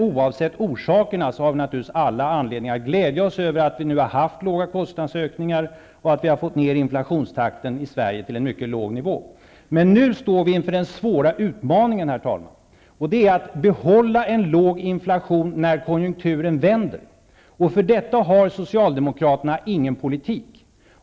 Oavsett orsakerna har vi alla anledning att glädja oss över att kostnadsökningarna har varit låga och att inflationstakten i Sverige har drivits ned på en mycket låg nivå. Herr talman! Nu står vi emellertid inför den svåra utmaningen, nämligen att försöka behålla en låg inflation när konjunkturen vänder. För detta har inte Socialdemokraterna någon politik.